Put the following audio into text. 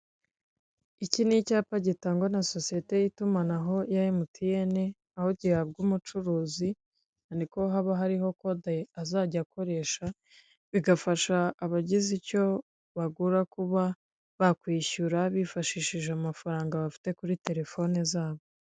Iki ni icyapa gitangwa na sosiyete y’itumanaho ya emutiyene. Aho gihabwa umucuruzi, niko haba hariho kode azajya akoresha, bigafasha abagize icyo bagura kuba bakwishyura bifashishije amafaranga bafite kuri telefone zabo.